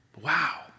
Wow